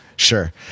Sure